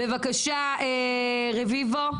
בבקשה, רביבו.